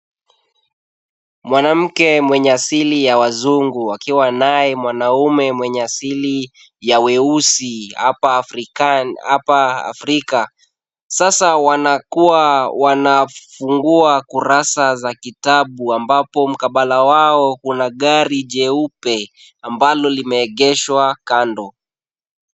Mwanamke mwenye asili ya wazungu akiwa naye mwanaume mwenye asili ya weusi hapa Afrika. Sasa wanafungua kurasa za kitabu ambapo mkabala wao kuna gari jeupe ambalo limeegeshwa kando.